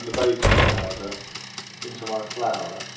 and baking powder into my flour